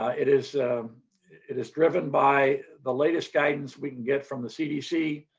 it is it is driven by the latest guidance we can get from the cdc,